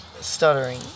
stuttering